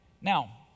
Now